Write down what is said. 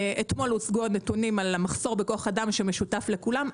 אתמול הושגו הנתונים על המחסור בכוח אדם שמשותף לכולם,